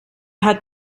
hat